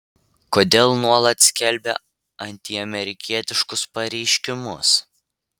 kodėl nuolat skelbia antiamerikietiškus pareiškimus